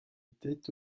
était